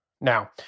Now